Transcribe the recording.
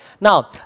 Now